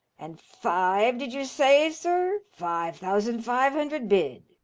and five, did you say, sir? five thousand five hundred bid.